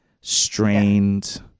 strained